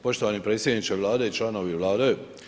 Poštovani predsjedniče Vlade i članovi Vlade.